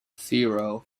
zero